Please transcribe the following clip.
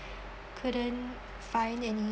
couldn't find any